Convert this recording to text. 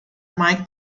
mike